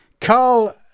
Carl